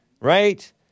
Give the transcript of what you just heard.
right